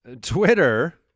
Twitter